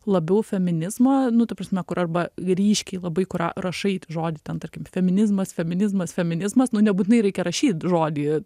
labiau feminizmo nu ta prasme kur arba ryškiai labai kur ra rašai žodį ten tarkim feminizmas feminizmas feminizmas nu nebūtinai reikia rašyt žodį